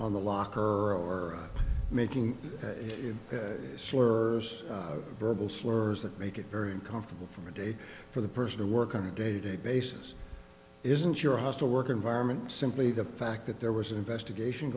on the locker or making slurs verbal slurs that make it very uncomfortable from a day for the person to work on a day to day basis isn't your hostile work environment simply the fact that there was an investigation